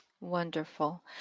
Wonderful